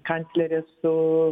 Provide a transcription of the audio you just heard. kanclerė su